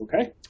Okay